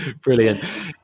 Brilliant